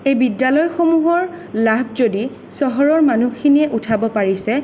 এই বিদ্যালয়সমূহৰ লাভ যদি চহৰৰ মানুহখিনিয়ে উঠাব পাৰিছে